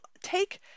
take